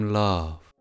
love